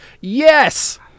yes